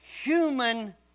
human